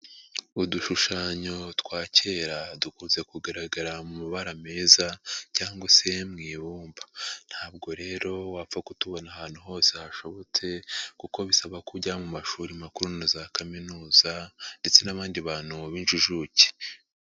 Udushushanyo twa kera dukunze kugaragara mu mabara meza cyangwa se mu ibumba, ntabwo rero wapfa kutubona ahantu hose hashobotse kuko bisaba ko ujya mu mashuri makuru na za kaminuza ndetse n'abandi bantu b'injijuke.